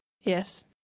Yes